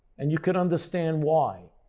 and you can understand why.